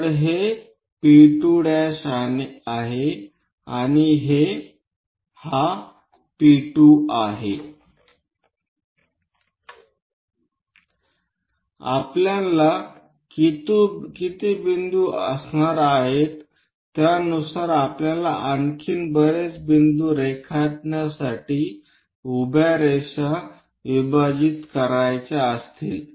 तर हे P2' आहे आणि हा एक P2 आहे आपल्याला किती बिंदू असणार आहेत त्यानुसार आपल्याला आणखी बरेच बिंदू रेखाटण्यासाठी उभ्या रेषा विभाजित करायचे असतील